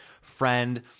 friend